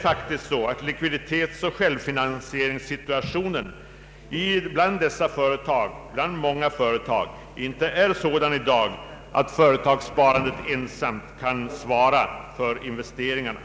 Likviditetsoch = självfinansieringssituationen = är bland många företag inte sådan i dag att företagssparandet ensamt kan svara för investeringarna.